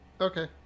okay